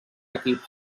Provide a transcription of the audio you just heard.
equips